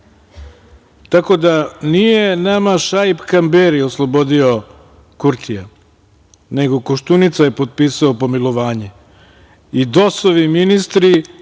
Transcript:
Tako da, nije nama Šaip Kamberi oslobodio Kurtija, nego Koštunica je potpisao pomilovanje i DOS-ovi ministri